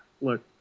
Look